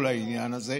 כל העניין הזה: